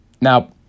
Now